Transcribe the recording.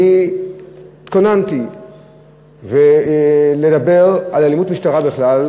אני התכוננתי לדבר על אלימות משטרה בכלל,